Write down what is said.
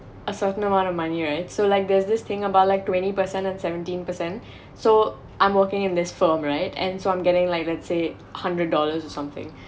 a certain amount of money right so like there's this thing about like twenty percent to seventeen percent so I'm working in this firm right and so I'm getting like let's say hundred dollars or something